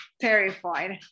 terrified